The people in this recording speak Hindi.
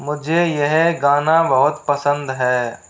मुझे यह गाना बहुत पसंद है